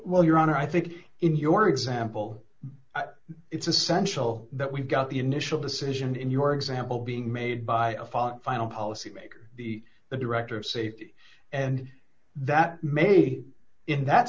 well your honor i think in your example it's essential that we've got the initial decision in your example being made by off on final policy makers the the director of safety and that maybe in that